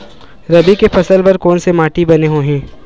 रबी के फसल बर कोन से माटी बने होही?